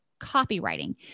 copywriting